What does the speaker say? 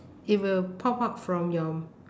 it will pop out from your